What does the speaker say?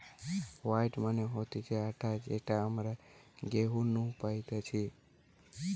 wheat মানে হতিছে আটা যেটা আমরা গেহু নু পাইতেছে